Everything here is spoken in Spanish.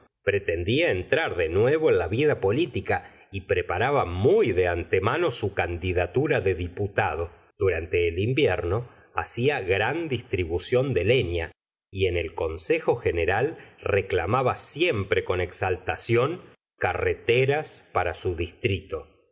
pretendía entrar de nuevo en la vida política y preparaba muy de antemano su candidatura de diputado durante el invierno hacia gran distribución de lefia y en el consejo general reclamaba siempre con exaltación carreteras para su distrito en